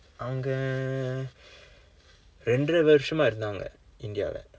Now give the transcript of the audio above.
அவங்க இரண்டிர வருடமா இருந்தாங்க இந்தியாவில்:avangka irandira varudamaa irundthaangka indthiyaavil